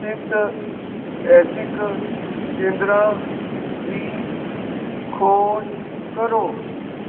ਸਥਿਤ ਐਸਿਕ ਕੇਂਦਰਾਂ ਦੀ ਖੋਜ ਕਰੋ